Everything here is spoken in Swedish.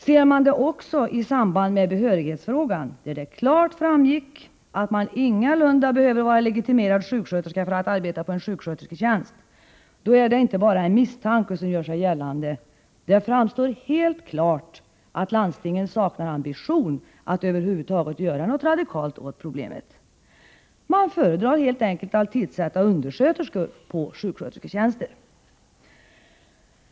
Ser man problemet också i samband med behörighetsfrågan, där det klart framgick att man ingalunda behöver vara legitimerad sjuksköterska för att arbeta på en sjukskötersketjänst, så är det inte bara en misstanke som gör sig gällande. Det framstår helt klart att landstingen saknar ambition att över huvud taget göra något radikalt åt problemet. Man föredrar helt enkelt att tillsätta undersköterskor på sjukskötersketjänster.